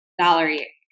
Valerie